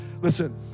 listen